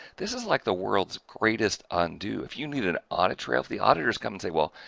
this is like the world's greatest undo. if you needed an audit trail if the auditors come and say, well,